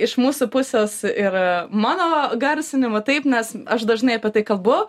iš mūsų pusės ir mano garsinimu taip nes aš dažnai apie tai kalbu